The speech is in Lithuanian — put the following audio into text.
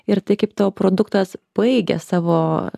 ir tai kaip tavo produktas baigia savo